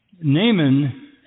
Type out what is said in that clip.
Naaman